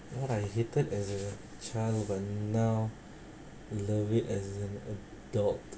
what I hated as a child but now I love it as adult